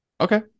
Okay